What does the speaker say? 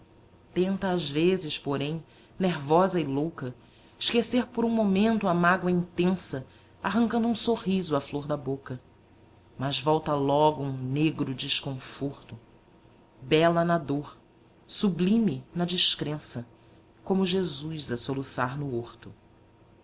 tenta às vezes porém nervosa e louca esquecer por momento a mágoa intensa arrancando um sorriso à flor da boca mas volta logo um negro desconforto bela na dor sublime na descrença como jesus a soluçar no horto